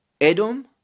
edom